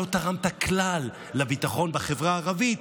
לא תרמת כלל לביטחון בחברה הערבית,